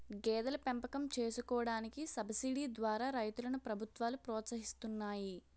గేదెల పెంపకం చేసుకోడానికి సబసిడీ ద్వారా రైతులను ప్రభుత్వాలు ప్రోత్సహిస్తున్నాయి